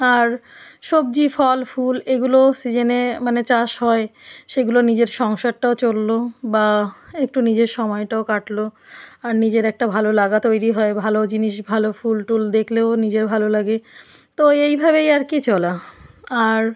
আর সবজি ফল ফুল এগুলোও সিজেনে মানে চাষ হয় সেগুলো নিজের সংসারটাও চললো বা একটু নিজের সময়টাও কাটলো আর নিজের একটা ভালো লাগা তৈরি হয় ভালো জিনিস ভালো ফুল টুল দেখলেও নিজের ভালো লাগে তো এইভাবেই আর কি চলা আর